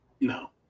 No